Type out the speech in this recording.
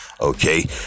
Okay